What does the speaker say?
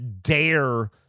dare